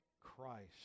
Christ